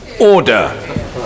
Order